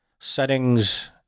Settings